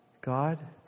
God